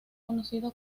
conocido